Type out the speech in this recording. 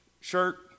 shirt